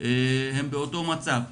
הם באותו מצב?